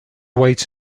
wait